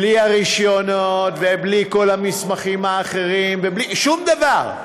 בלי הרישיונות ובלי כל המסמכים האחרים, שום דבר,